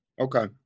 Okay